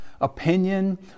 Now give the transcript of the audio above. opinion